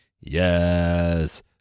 Yes